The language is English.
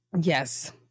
Yes